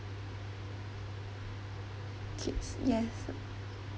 K s~ yes